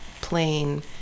Plain